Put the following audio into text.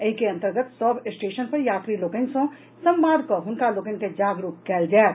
एहि के अन्तर्गत सभ स्टेशन पर यात्री लोकनि सँ संवाद कऽ हुनका लोकनि के जागरूक कयल जायत